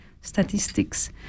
statistics